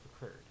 occurred